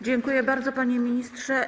Dziękuję bardzo, panie ministrze.